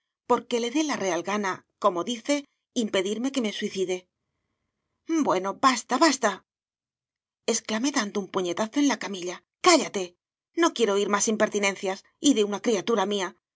porque le dé la real gana como dice impedirme que me suicide bueno basta basta exclamé dando un puñetazo en la camilla cállate no quiero oir más impertinencias y de una criatura mía